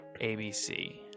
abc